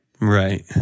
Right